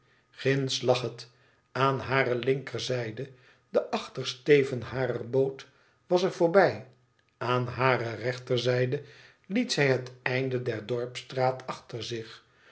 ginds lag het aan hare linkerzijde de achtersteven harer boot was er voorbij aan hare rechterzijde liet zij het einde der dorpsstraat achter zich